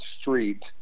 street